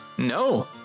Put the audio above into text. No